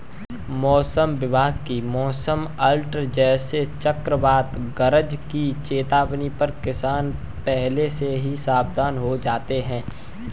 मौसम विभाग की मौसम अलर्ट जैसे चक्रवात गरज की चेतावनी पर किसान पहले से ही सावधान हो जाते हैं